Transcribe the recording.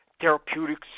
therapeutics